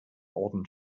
orden